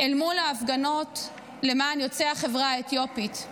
אל מול ההפגנות למען יוצאי החברה האתיופית.